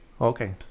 Okay